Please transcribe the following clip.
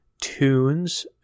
Tunes